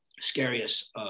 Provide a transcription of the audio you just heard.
scariest